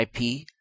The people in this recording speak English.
IP